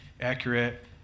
accurate